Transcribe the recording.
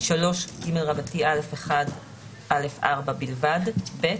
בסעיף 3ג(א)(1)(א)(4), בלבד, (ב)